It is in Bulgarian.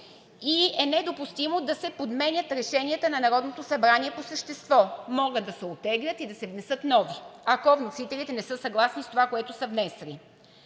и е недопустимо да се подменят решенията на Народното събрание по същество. Могат да се оттеглят и да се внесат нови, ако вносителите не са съгласни с това, което са внесли.